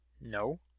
No